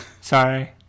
Sorry